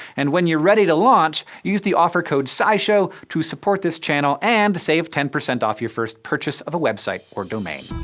and when you're ready to launch, use the offer code scishow to support this channel and save ten percent off your first purchase of a website or domain.